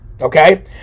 okay